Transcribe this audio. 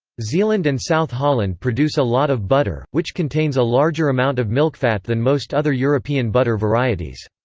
zeeland and south holland produce a lot of butter, which contains a larger amount of milkfat than most other european butter varieties.